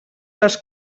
les